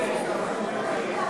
מה קרה?